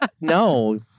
no